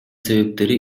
себептери